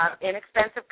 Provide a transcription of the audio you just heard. inexpensive